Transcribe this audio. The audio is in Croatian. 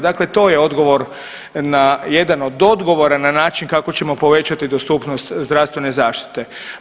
Dakle, to je odgovor na, jedan od odgovora na način kako ćemo povećati dostupnost zdravstvene zaštite.